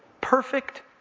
perfect